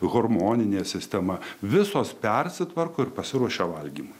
hormoninė sistema visos persitvarko ir pasiruošia valgymui